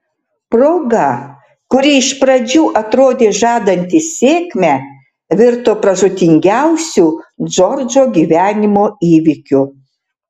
proga kuri iš pradžių atrodė žadanti sėkmę virto pražūtingiausiu džordžo gyvenimo įvykiu